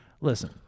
listen